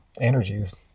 energies